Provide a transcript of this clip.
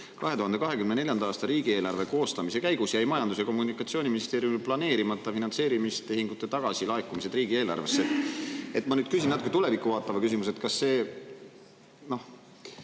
"2024. aasta riigieelarve koostamise käigus jäi Majandus‑ ja Kommunikatsiooniministeeriumil planeerimata finantseerimistehingute tagasilaekumised riigieelarvesse." Ma küsin natuke tulevikku vaatava küsimuse: kas see